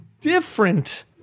different